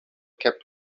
kept